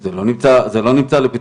זה לא נמצא לפתחנו.